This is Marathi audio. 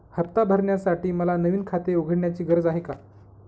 हफ्ता भरण्यासाठी मला नवीन खाते उघडण्याची गरज आहे का?